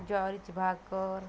ज्वारीची भाकर